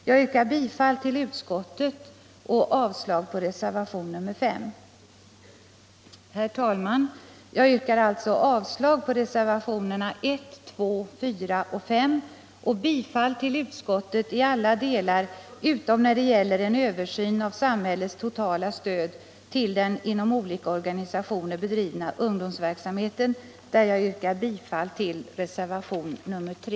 Jag yrkar bifall till vad utskottet hemställt och avslag på reservationen 5. Herr talman! Jag yrkar alltså avslag på reservationerna 1, 2, 4 och 5 och bifall till utskottets förslag i alla delar utom när det gäller en översyn av samhällets totala stöd till den inom olika organisationer bedrivna ungdomsverksamheten, där jag yrkar bifall till reservationen nr 3.